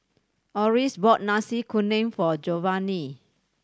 Oris bought Nasi Kuning for Jovany